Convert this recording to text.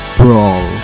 brawl